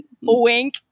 Wink